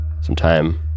Sometime